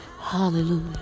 Hallelujah